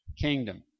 kingdom